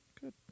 Good